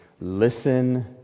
Listen